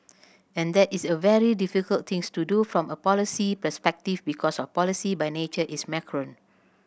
and that is a very difficult thing to do from a policy perspective because policy by nature is macro